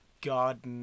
God